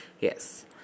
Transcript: Yes